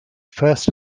first